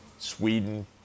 Sweden